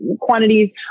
quantities